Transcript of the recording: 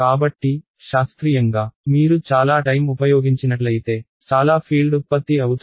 కాబట్టి శాస్త్రీయంగా మీరు చాలా టైమ్ ఉపయోగించినట్లయితే చాలా ఫీల్డ్ ఉత్పత్తి అవుతుంది